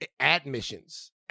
admissions